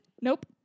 Nope